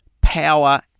Power